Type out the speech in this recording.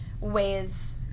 ways